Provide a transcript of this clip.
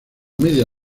media